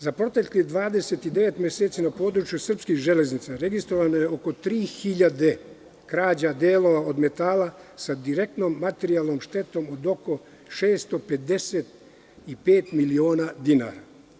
Za proteklih 29 meseci na području srpskih železnica registrovano je oko 3.000 krađa delova od metala sa direktnom materijalnom štetom od oko 655 miliona dinara.